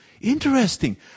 Interesting